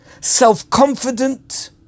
self-confident